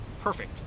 perfect